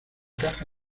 caja